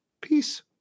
Peace